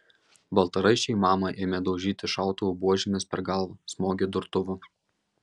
baltaraiščiai mamą ėmė daužyti šautuvų buožėmis per galvą smogė durtuvu